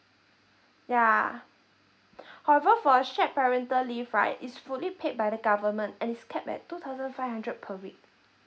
yeah however for shared parental leave right it's fully paid by the government and it's capped at two thousand five hundred per week